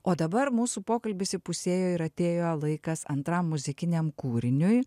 o dabar mūsų pokalbis įpusėjo ir atėjo laikas antram muzikiniam kūriniui